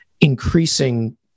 increasing